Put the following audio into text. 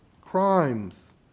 Crimes